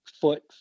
foot